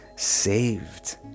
saved